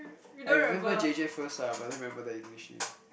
I remember J_J first lah but I only remember the English name